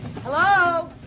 Hello